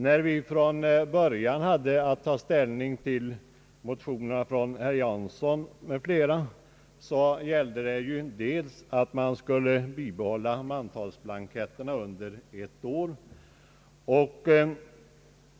När vi från början hade att taga ställning till motionerna av herr Hansson m. fl, gällde det ju att mantalsblanketterna skulle bibehållas under ett år.